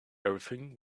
everything